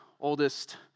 oldest